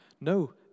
no